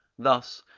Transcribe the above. thus,